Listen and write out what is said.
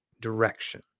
direction